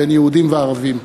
בין יהודים וערבים.